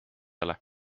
ole